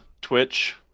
Twitch